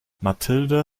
mathilde